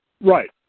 Right